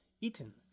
eaten